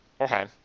Okay